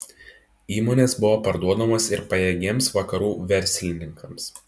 įmonės buvo parduodamos ir pajėgiems vakarų verslininkams